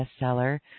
bestseller